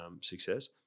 success